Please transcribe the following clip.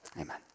Amen